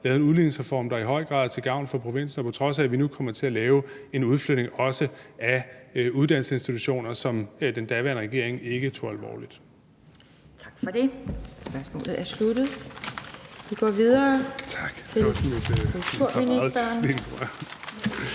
lavet en udligningsreform, der er i høj grad er til gavn for provinsen; på trods af at vi nu kommer til at lave en udflytning også af uddannelsesinstitutioner, som den daværende regering ikke tog alvorligt.